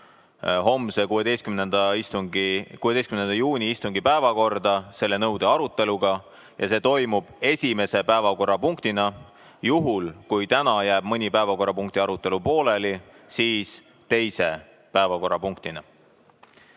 homse, 16. juuni istungi päevakorda selle nõude aruteluga ja see toimub esimese päevakorrapunktina. Juhul, kui täna jääb mõne päevakorrapunkti arutelu pooleli, siis teise päevakorrapunktina.